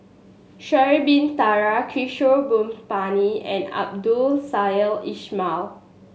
Sha'ari Bin Tadin Kishore Mahbubani and Abdul Samad Ismail